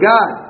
God